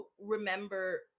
remember